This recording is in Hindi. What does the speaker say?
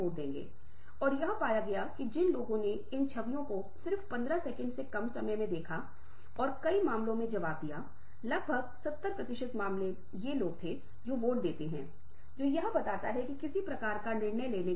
व्यक्ति उसकी ज़रूरतों को उद्देश्यपूर्ण तरीके से रचनात्मक तरीके से और अधिक सार्थक तरीके से व्यक्त करता है तीसरा अंक जिस पर हम ध्यान केंद्रित करना चाहते हैं वह है यह सोचना की आप पहली बार सुन रहे हों